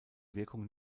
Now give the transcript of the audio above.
wirkung